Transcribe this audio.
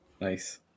Nice